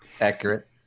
Accurate